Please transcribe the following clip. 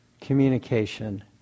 communication